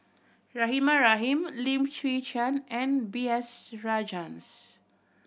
Rahimah Rahim Lim Chwee Chian and B S Rajhans